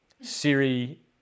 siri